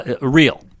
real